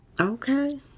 Okay